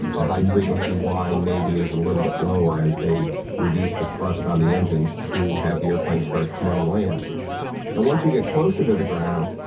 the high-frequency whine maybe is a little bit lower as they reduce the thrust on the engines to have the airplane start to come in and land and once you get closer to the ground,